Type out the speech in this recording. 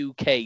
uk